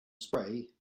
spray